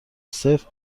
صفر